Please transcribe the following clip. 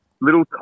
little